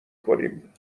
کنیم